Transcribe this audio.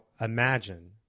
imagine